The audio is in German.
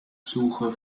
suche